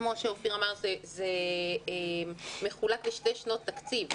כמו שאופיר אמר זה מחולק לשתי שנות תקציב.